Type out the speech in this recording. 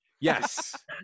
Yes